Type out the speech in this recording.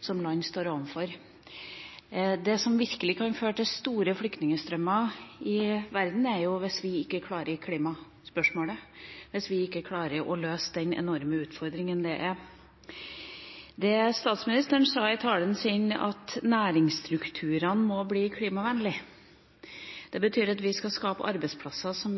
som land står overfor. Det som virkelig kan føre til store flyktningstrømmer i verden, er at vi ikke løser klimaspørsmålet, at vi ikke klarer å løse den enorme utfordringa det er. Det som statsministeren sa i talen sin, at næringsstrukturene må bli klimavennlige, betyr at vi skal skape arbeidsplasser som